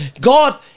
god